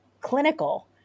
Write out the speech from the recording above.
clinical